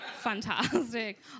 Fantastic